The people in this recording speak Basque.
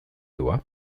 doa